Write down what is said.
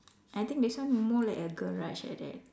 I think this one more like a garage like that